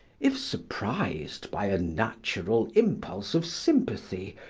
if surprised by a natural impulse of sympathy,